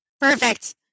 Perfect